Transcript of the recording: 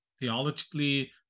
theologically